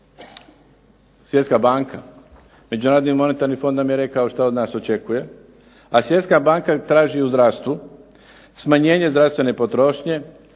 Svjetska banka? Međunarodni monetarni fond nam je rekao što od nas očekuje, a Svjetska banka traži u zdravstvu smanjenje zdravstvene potrošnje,